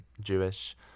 Jewish